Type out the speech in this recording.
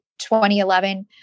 2011